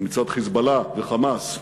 ומצד "חיזבאללה" ו"חמאס",